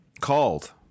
called